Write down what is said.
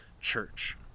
church